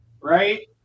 right